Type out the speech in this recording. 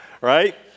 right